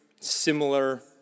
similar